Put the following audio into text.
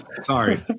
Sorry